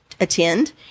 attend